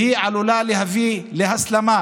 והיא עלולה להביא להסלמה